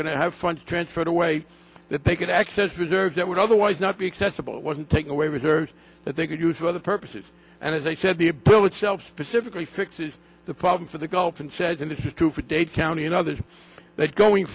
going to have funds transfer to wait that they could access reserves that would otherwise not be accessible wasn't taking away reserves that they could use for other purposes and as i said the bill itself specifically fixes the problem for the gulf and says and this is true for dade county and others that going